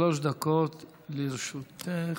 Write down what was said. שלוש דקות לרשותך.